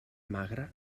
magre